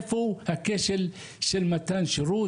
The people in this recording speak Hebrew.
איפה הכשל של מתן שירות,